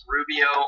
Rubio